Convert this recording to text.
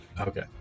Okay